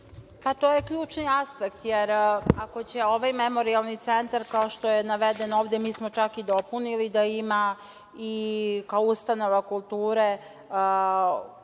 To je ključni aspekt. Ako će ovaj Memorijalni centar kao što je navedeno ovde, a mi smo čak i dopunili, da ima i kao ustanova kulture